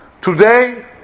Today